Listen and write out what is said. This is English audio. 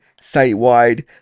site-wide